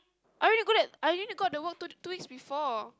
I already got that I already got the work two week two weeks before